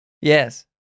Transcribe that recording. Yes